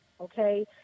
Okay